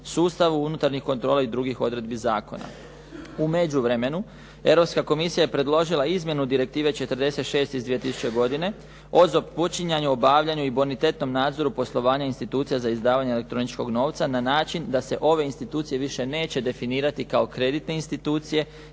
sustavu unutarnje kontrole i drugih odredbi zakona. U međuvremenu Europska komisija je predložila izmjenu Direktive 46. iz 2000. godine o započinjanju, obavljanju i bonitetnom nadzoru poslovanja institucija za izdavanje elektroničkog novca na način da se ove institucije više neće definirati kao kreditne institucije,